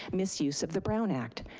misuse of the brown act.